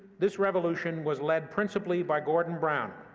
this revolution was led principally by gordon brown,